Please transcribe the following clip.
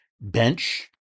bench